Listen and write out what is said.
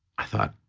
i thought,